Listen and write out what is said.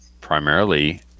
primarily